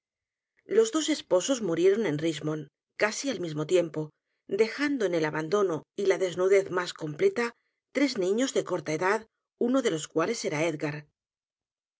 los dos esposos murieron en richmond casi al mismo tiempo dejando en el abandono y la desnudez más completa tres niños de corta edad uno de los cuales era